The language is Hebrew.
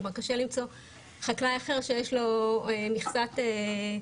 כלומר, קשה למצוא חקלאי אחר שיש לו מכסה להיתרים.